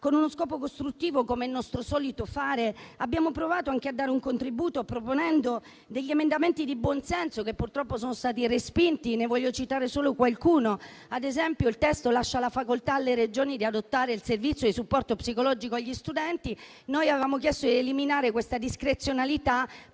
con uno scopo costruttivo - come è nostro solito fare - abbiamo provato anche a dare un contributo proponendo emendamenti di buon senso, che purtroppo sono stati respinti. Ne voglio citare solo qualcuno. Ad esempio, il testo lascia la facoltà alle Regioni di adottare il servizio di supporto psicologico agli studenti; noi avevamo chiesto di eliminare questa discrezionalità,